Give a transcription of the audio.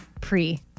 pre